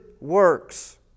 works